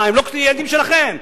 הם לא קליינטים שלכם?